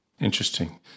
Interesting